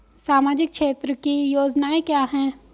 सामाजिक क्षेत्र की योजनाएं क्या हैं?